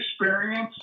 experience